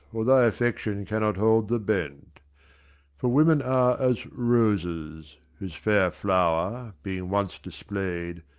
or thy affection cannot hold the bent for women are as roses, whose fair flower, being once display'd,